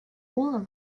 all